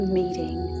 meeting